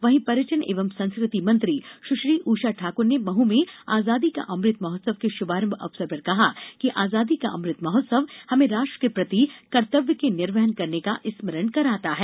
वहीं पर्यटन एवं संस्कृति मंत्री सुश्री उषा ठाकुर ने महू में आजादी का अमृत महोत्सव के षुभारंभ अवसर पर कहा कि आजादी का अमृत महोत्सव हमें राष्ट्र के प्रति कर्तव्य के निर्वहन करने का स्मरण कराता है